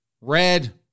red